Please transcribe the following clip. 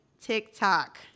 TikTok